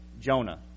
Jonah